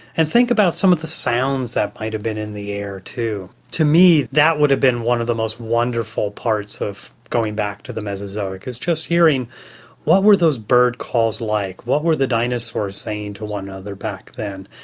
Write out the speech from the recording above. and think about some of the sounds that might have been in the air too. to me that would have been one of the most wonderful parts of going back to the mesozoic, is just hearing what were those bird calls like, what were the dinosaurs saying to one another back then?